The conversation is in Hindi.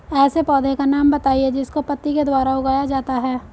ऐसे पौधे का नाम बताइए जिसको पत्ती के द्वारा उगाया जाता है